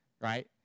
right